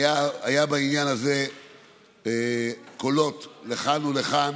היו בעניין הזה קולות לכאן ולכאן.